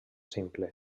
simple